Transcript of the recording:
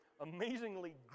amazingly